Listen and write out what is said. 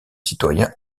citoyen